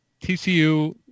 TCU